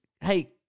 hey